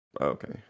Okay